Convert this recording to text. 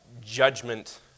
judgment